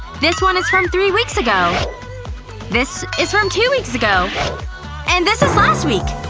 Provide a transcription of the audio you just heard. this one is from three weeks ago this is from two weeks ago and this is last week